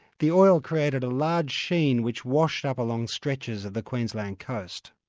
the oil created a large sheen, which washed up along stretches of the queensland coast.